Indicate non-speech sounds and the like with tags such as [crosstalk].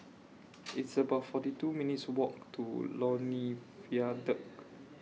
[noise] It's about forty two minutes' Walk to Lornie Viaduct